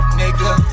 nigga